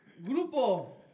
Grupo